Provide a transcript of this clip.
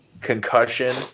Concussion